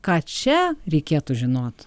ką čia reikėtų žinot